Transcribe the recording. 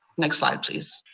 next slide please.